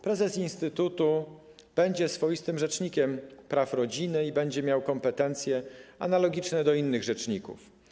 Prezes instytutu będzie swoistym rzecznikiem praw rodziny i będzie miał kompetencje analogiczne do innych rzeczników.